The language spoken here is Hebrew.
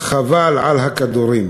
חבל על הכדורים.